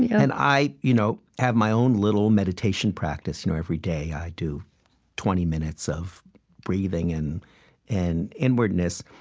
yeah and i you know have my own little meditation practice. you know every day, i do twenty minutes of breathing and and inwardness.